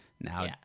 now